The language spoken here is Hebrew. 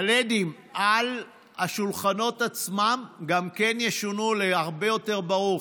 גם הלדים על השולחנות עצמם ישונו להרבה יותר ברור.